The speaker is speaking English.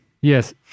Yes